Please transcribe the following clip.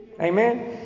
Amen